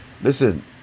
listen